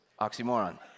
oxymoron